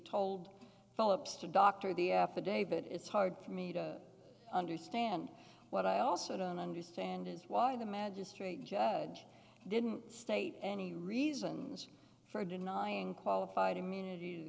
told philips to doctor the affidavit it's hard for me to understand what i also don't understand is why the magistrate judge didn't state any reasons for denying qualified immunity